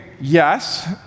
yes